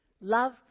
love